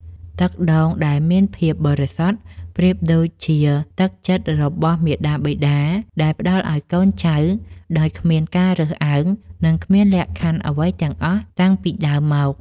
ទឹកដូងដែលមានភាពបរិសុទ្ធប្រៀបដូចជាទឹកចិត្តរបស់មាតាបិតាដែលផ្តល់ឱ្យកូនចៅដោយគ្មានការរើសអើង និងគ្មានលក្ខខណ្ឌអ្វីទាំងអស់តាំងពីដើមមក។